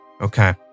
okay